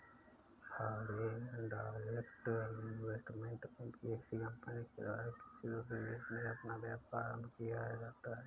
foreign direct investment में विदेशी company के द्वारा किसी दूसरे देश में अपना व्यापार आरंभ किया जाता है